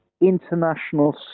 international